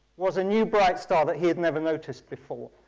was a new, bright star that he had never noticed before.